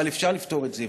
אבל אפשר לפתור את זה.